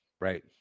Right